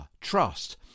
trust